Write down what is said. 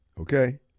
Okay